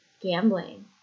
gambling